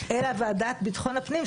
אלא ועדת ביטחון הפנים,